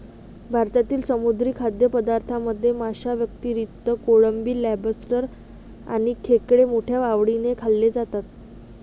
भारतातील समुद्री खाद्यपदार्थांमध्ये माशांव्यतिरिक्त कोळंबी, लॉबस्टर आणि खेकडे मोठ्या आवडीने खाल्ले जातात